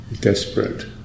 desperate